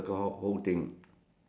you saw it the bird on top